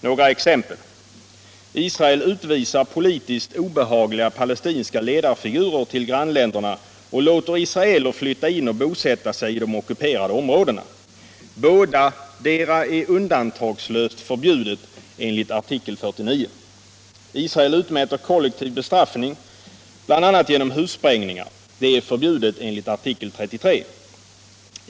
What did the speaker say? Några exempel: Israel utvisar politiskt obehagliga palestinska ledarfigurer till grannländerna och låter israeler flytta in och bosätta sig i de ockuperade områdena. Bådadera är undantagslöst förbjudet enligt artikel 49. Israel utmäter kollektiv bestraffning genom bl.a. hussprängningar. Det är förbjudet enligt artikel 33.